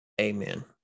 Amen